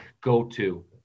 go-to